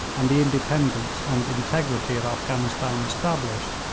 and the independence and integrity of afghanistan established,